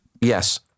Yes